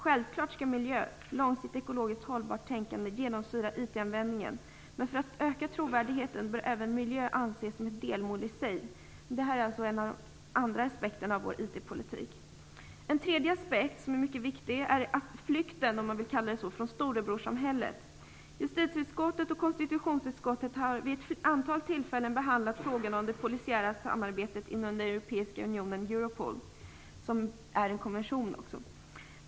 Självklart skall miljö och långsiktigt ekologiskt hållbart tänkande genomsyra IT-användningen, men för att öka trovärdigheten bör man även ange miljö som ett delmål i sig. Det här är alltså den andra aspekten av vår IT En tredje aspekt som är mycket viktig är flykten, om man nu vill kalla det så, från storebrorssamhället. Justitieutskottet och konstitutionsutskottet har vid ett antal tillfällen behandlat frågan om det polisiära samarbetet inom den europeiska unionen, Europol, som också är en konvention.